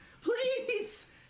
Please